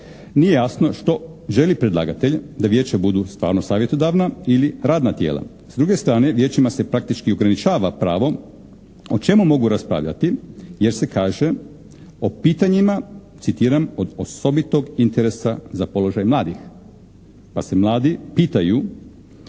Nije jasno što želi predlagatelj da vijeća budu stvarno savjetodavna ili radna tijela. S druge strane vijećima se praktički ograničava pravo o čemu mogu raspravljati jer se kaže o pitanjima, citiram: "od osobitog interesa za položaj mladih" pa se mladi pitaju